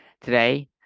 Today